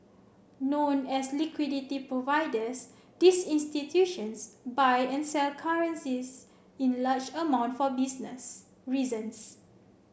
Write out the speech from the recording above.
known as liquidity providers these institutions buy and sell currencies in large amount for business reasons